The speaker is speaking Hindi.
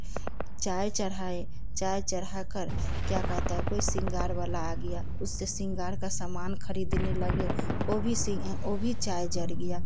चाय चढ़ाए चाय चढ़ाकर क्या कहता है कोई शृंगार वाला आ गया उससे शृंगार का सामान खरीदने लगे वह भी सि वह भी चाय जल गया